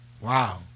Wow